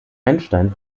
einstein